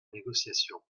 négociation